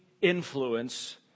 influence